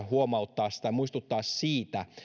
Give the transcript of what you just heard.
huomauttaa tai muistuttaa siitä